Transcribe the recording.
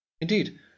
Indeed